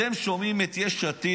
אתם שומעים את יש עתיד,